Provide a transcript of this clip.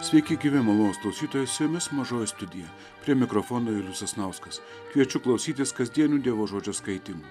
sveiki gyvi malonūs klausytojai su jumis mažoji studija prie mikrofono julius sasnauskas kviečiu klausytis kasdienių dievo žodžio skaitymų